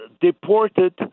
deported